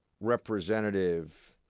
Representative